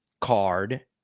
card